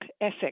ethic